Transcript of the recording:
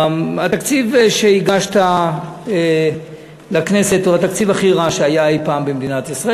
התקציב שהגשת לכנסת הוא התקציב הכי רע שהיה אי-פעם במדינת ישראל.